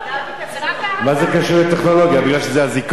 מה זה קשור לטכנולוגיה, כי זה אזיקון?